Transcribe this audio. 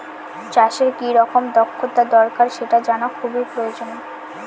চাষের কি রকম দক্ষতা দরকার সেটা জানা খুবই প্রয়োজন